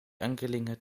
angelegenheit